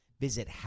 Visit